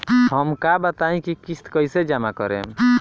हम का बताई की किस्त कईसे जमा करेम?